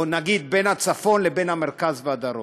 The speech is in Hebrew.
או נגיד בין הצפון לבין המרכז והדרום.